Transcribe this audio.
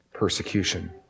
persecution